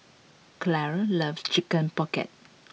Clara loves Chicken Pocket